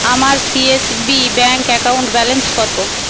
আমার C S B bank account balance কত